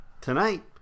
Tonight